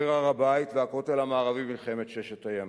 משחרר הר-הבית והכותל המערבי במלחמת ששת הימים.